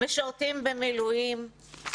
משרתים במילואים,